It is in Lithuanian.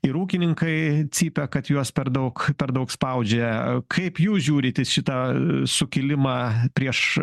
ir ūkininkai cypia kad juos per daug per daug spaudžia kaip jūs žiūrit į šitą sukilimą prieš